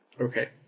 Okay